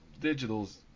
Digital's